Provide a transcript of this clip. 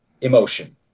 emotion